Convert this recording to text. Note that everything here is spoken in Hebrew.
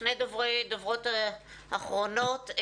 שתי דוברות אחרונות.